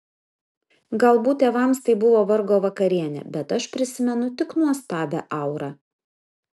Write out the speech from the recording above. galbūt tėvams tai buvo vargo vakarienė bet aš prisimenu tik nuostabią aurą